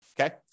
Okay